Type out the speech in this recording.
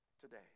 today